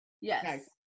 yes